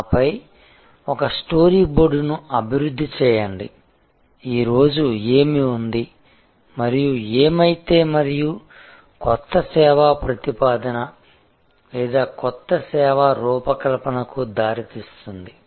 png ఆపై ఒక స్టోరీబోర్డును అభివృద్ధి చేయండి ఈరోజు ఏమి ఉంది మరియు ఏమైతే మరియు కొత్త సేవా ప్రతిపాదన లేదా కొత్త సేవా రూపకల్పనకు దారితీస్తుంది